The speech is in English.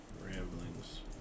ramblings